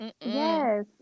Yes